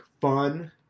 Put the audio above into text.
fun